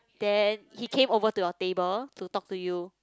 then he came over to your table to talk to you